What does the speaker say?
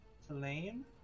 flame